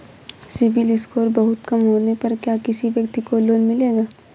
CIBIL score बहुत कम होने पर क्या किसी व्यक्ति को लोंन मिलेगा?